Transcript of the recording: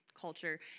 culture